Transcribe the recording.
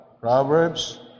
Proverbs